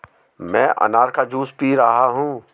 मैं अनार का जूस पी रहा हूँ